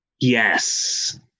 yes